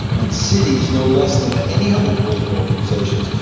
and cities, no less than any other political organisations,